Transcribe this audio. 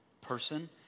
person